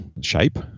shape